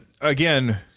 again